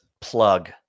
plug